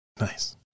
Nice